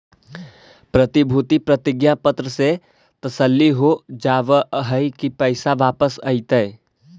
प्रतिभूति प्रतिज्ञा पत्र से तसल्ली हो जावअ हई की पैसा वापस अइतइ